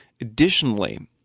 Additionally